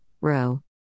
row